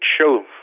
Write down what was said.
show